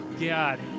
god